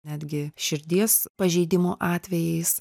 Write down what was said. netgi širdies pažeidimo atvejais